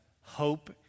hope